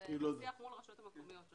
זה בשיח מול הרשויות המקומיות.